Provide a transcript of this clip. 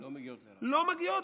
לא מגיעות,